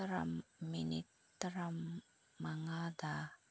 ꯇꯔꯥ ꯃꯤꯅꯤꯠ ꯇꯔꯥꯃꯉꯥꯗ